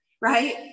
right